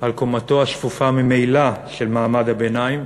על קומתו השפופה ממילא של מעמד הביניים,